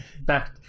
Back